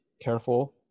careful